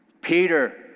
Peter